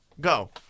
go